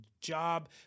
job